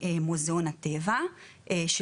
מוזיאון הטבע של